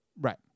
right